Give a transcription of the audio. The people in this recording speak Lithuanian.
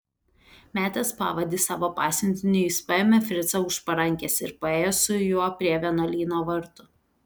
metęs pavadį savo pasiuntiniui jis paėmė fricą už parankės ir paėjo su juo prie vienuolyno vartų